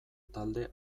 talde